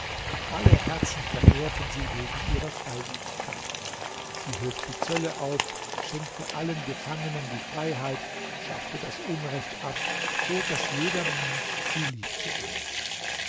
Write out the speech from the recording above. alle herzen verehrten sie wegen ihrer freigibigkeit sie hob die zölle auf schenkte allen gefangenen die freiheit schaffte das unrecht ab so daß jedermann sie